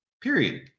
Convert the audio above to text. Period